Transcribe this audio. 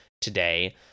today